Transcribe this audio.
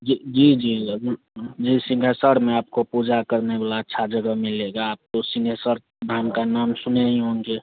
जिी जी जी अभी जी सिंहेश्वर में आपको पूजा करने वाला अच्छा जगह मिलेगा आप तो सिंहेश्वर धाम का नाम सुने ही होंगे